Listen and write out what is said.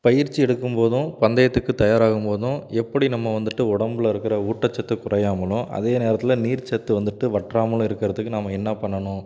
பயிற்சி எடுக்கும் போதும் பந்தயத்துக்கு தயாராகும் போதும் எப்படி நம்ம வந்துவிட்டு உடம்புல இருக்கிற ஊட்டச்சத்து குறையாமலும் அதே நேரத்தில் நீர்ச்சத்து வந்துவிட்டு வற்றாமலும் இருக்கறதுக்கு நாம் என்ன பண்ணணும்